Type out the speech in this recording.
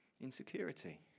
Insecurity